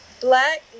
black